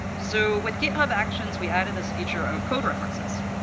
so with github actions, we added this feature of code references.